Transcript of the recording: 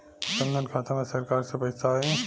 जनधन खाता मे सरकार से पैसा आई?